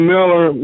Miller